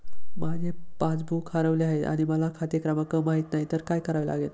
माझे पासबूक हरवले आहे आणि मला खाते क्रमांक माहित नाही तर काय करावे लागेल?